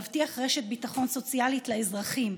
להבטיח רשת ביטחון סוציאלית לאזרחים,